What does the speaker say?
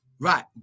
right